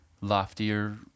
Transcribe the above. loftier